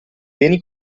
beni